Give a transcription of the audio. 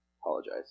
Apologize